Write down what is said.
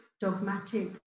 dogmatic